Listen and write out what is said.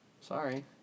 Sorry